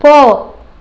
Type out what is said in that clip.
போ